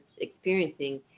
experiencing